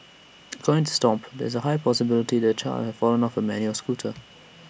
according to stomp there is A high possibility that the child had fallen off her manual scooter